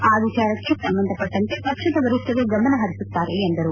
ಆ ವಿಚರಕ್ಕೆ ಸಂಬಂಧಪಟ್ಟಂತೆ ಪಕ್ಷದ ವರಿಷ್ಠರು ಗಮನ ಹರಿಸುತ್ತಾರೆ ಎಂದರು